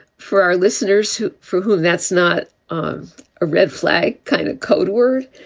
for our listeners who for whom that's not um a red flag kind of code word.